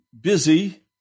busy